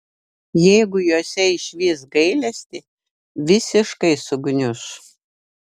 jeigu jose išvys gailestį visiškai sugniuš